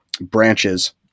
branches